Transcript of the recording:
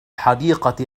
حديقة